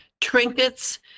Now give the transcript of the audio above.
trinkets